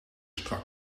strak